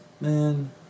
Man